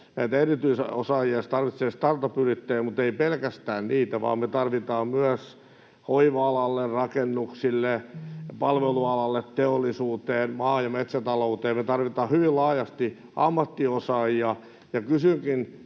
erityisosaajia, se tarvitsee startup-yrittäjiä, mutta ei pelkästään niitä, vaan me tarvitaan osaajia myös hoiva-alalle, rakennuksille, palvelualalle, teollisuuteen, maa- ja metsätalouteen. Me tarvitaan hyvin laajasti ammattiosaajia.